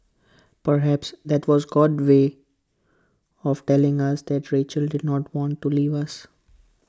perhaps that was God's way of telling us that Rachel did not want to leave us